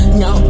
no